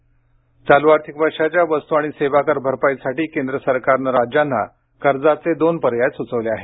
GST राज्य चालू आर्थिक वर्षाच्या वस्तू आणि सेवा कर भरपाईसाठी केंद्र सरकारनं राज्यांना कर्जाचे दोन पर्याय सुचवले आहेत